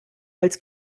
als